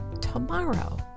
tomorrow